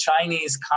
Chinese